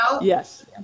Yes